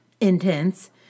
intense